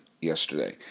yesterday